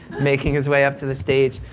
making his way up to the stage,